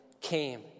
came